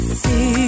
see